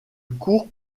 cours